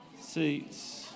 seats